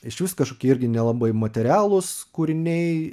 iš vis kažkokie irgi nelabai materialūs kūriniai